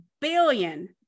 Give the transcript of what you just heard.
billion